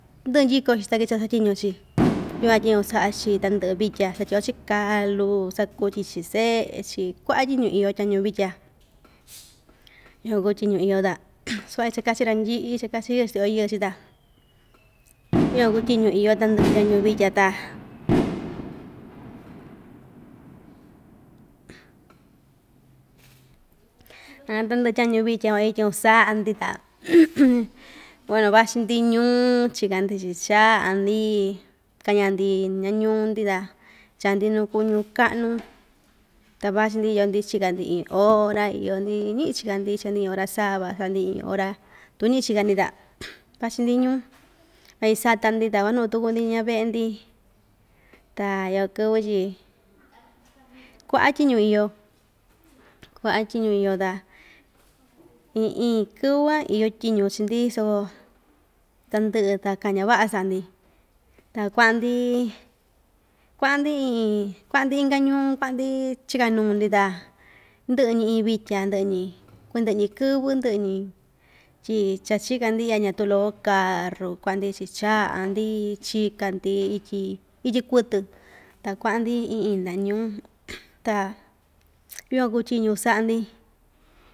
Ndɨꞌɨ nyiko‑chi ta kichaꞌa satyiñu‑chi yukuan tyiñu saꞌa‑chi tandɨꞌɨ vitya satyiyo‑chi kalu sakutyi‑chi seꞌe‑chi kuaꞌa tyiñu iyo tyañu vitya yukuan kuu tyiñu iyo ta suvaꞌa‑chi cha kachi randɨꞌɨ cha kachi ta yukuan tyiñu iyo tandɨꞌɨ tyañu vitya ta aan tandɨꞌɨ tyañu vitya iyo tyiñu saꞌa‑ndi ta bueno vachi‑ndi ñuu chika‑ndi chiꞌin chaꞌa‑ndi kaña‑ndi ndya ñuu‑ndi ta chaꞌa‑ndi nuu kuu ñuu kaꞌnu ta vachi‑ndi iyo‑ndi chika‑ndi iin hora iyo‑ndi ñiꞌi chika‑ndi chika‑ndi iin hora sava saꞌa‑ndi iin hora tu ñiꞌi chika‑ndi ta vachi‑ndi ñuu vachi sata‑ndi ta kuanuꞌu tuku‑ndi ndya veꞌe‑ndi ta iyo kɨvɨ tyi kuaꞌa tyiñu iyo kuaꞌa tyiñu iyo ta iin iin kɨvɨ van iyo tyiñu chii‑ndi soko tandɨꞌɨ ta kaña vaꞌa saꞌa‑ndi ta kuaꞌa‑ndi kuaꞌa‑ndi iin iin kuaꞌa‑ndi inka ñuu kuaꞌa‑ndi chika nuu‑ndi ta ndyɨꞌɨ‑ñi iin vitya ndɨꞌɨ‑ñi kuandɨꞌɨ‑ñi kɨvɨ ndɨꞌɨ‑ñi tyi cha chika‑ndi iꞌya ñatuu loko karu kuaꞌa‑ndi chiꞌin chaꞌa‑ndi chika‑ndi ityi kuɨtɨ ta kuaꞌa‑ndi iin iin ndaꞌa ñuu ta yukuan kuu tyiñu saꞌa‑ndi